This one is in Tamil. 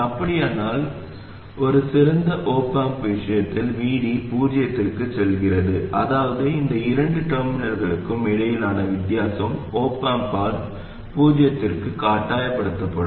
அப்படியானால் ஒரு சிறந்த op amp விஷயத்தில் Vd பூஜ்ஜியத்திற்குச் செல்கிறது அதாவது இந்த இரண்டு டெர்மினல்களுக்கும் இடையிலான வித்தியாசம் op amp ஆல் பூஜ்ஜியத்திற்கு கட்டாயப்படுத்தப்படும்